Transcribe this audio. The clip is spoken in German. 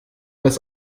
das